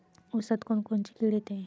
ऊसात कोनकोनची किड येते?